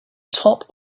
top